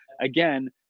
again